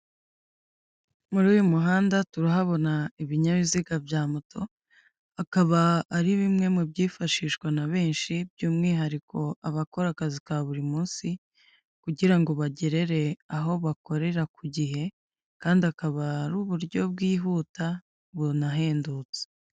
Muri uyu muhanda turahabona ibinyabiziga bya moto, akaba ari bimwe mu byifashishwa na benshi by'umwihariko abakora akazi ka buri munsi, kugirango bagere aho bakorera ku gihe kandi akaba ari uburyo bwihuta bunahendutse.